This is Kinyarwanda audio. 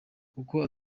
kuko